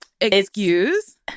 Excuse